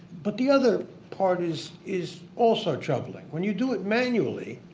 but the other part is is also troubling, when you do it manually,